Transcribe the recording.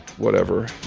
whatever